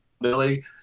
Billy